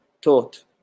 taught